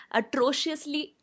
atrociously